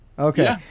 Okay